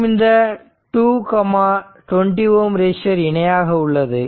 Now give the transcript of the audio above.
மற்றும் இந்த 2 20Ω ரெசிஸ்டர் இணையாக உள்ளது